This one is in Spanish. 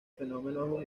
fenómeno